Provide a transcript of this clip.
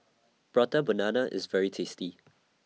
Prata Banana IS very tasty